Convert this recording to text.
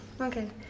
Okay